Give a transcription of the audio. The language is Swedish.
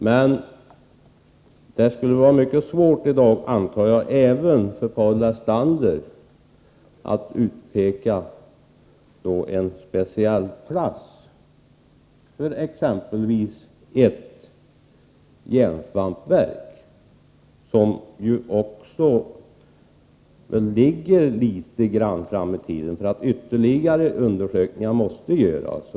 Men jag antar att det även för Paul Lestander skulle vara mycket svårt att i dag peka ut en speciell plats för exempelvis ett järnsvampsverk — en fråga som väl ligger litet längre fram i tiden. Ytterligare utredningar måste göras.